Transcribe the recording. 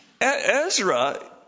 Ezra